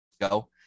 go